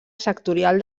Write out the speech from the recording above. sectorial